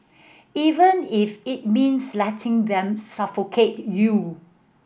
even if it means letting them suffocate you